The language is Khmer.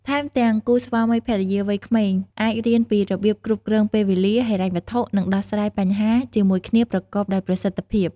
ថែមទាំងគូស្វាមីភរិយាវ័យក្មេងអាចរៀនពីរបៀបគ្រប់គ្រងពេលវេលា ហិរញ្ញវត្ថុ និងដោះស្រាយបញ្ហាជាមួយគ្នាប្រកបដោយប្រសិទ្ធភាព។